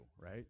right